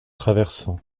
traversant